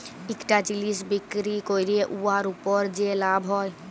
ইকটা জিলিস বিক্কিরি ক্যইরে উয়ার উপর যে লাভ হ্যয়